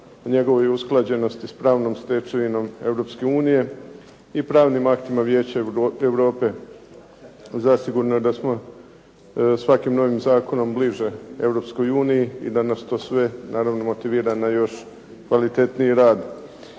njegove usklađenosti s pravnom stečevinom Europske unije i pravnim aktima Vijeća Europe. Zasigurno je da smo svakim novim zakonom bliže Europskoj uniji i da nas to sve naravno motivira na još kvalitetniji rad.